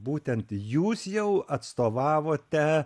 būtent jūs jau atstovavote